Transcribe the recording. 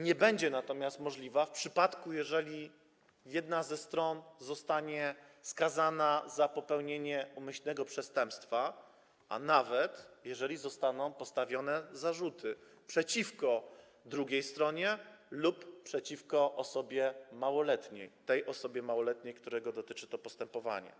Nie będzie ona natomiast możliwa, w wypadku gdy jedna ze stron zostanie skazana za popełnienie umyślnego przestępstwa, a nawet gdy zostaną postawione zarzuty przeciwko drugiej stronie lub przeciwko osobie małoletniej, tej osobie małoletniej, której dotyczy to postępowanie,